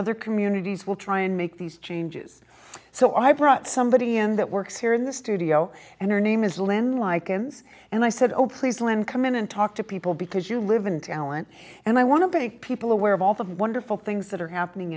other communities will try and make these changes so i brought somebody in that works here in the studio and her name is linda likens and i said oh please let him come in and talk to people because you live in talent and i want to make people aware of all the wonderful things that are happening